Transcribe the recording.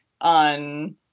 on